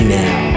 now